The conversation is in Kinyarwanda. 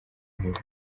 hejuru